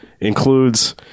includes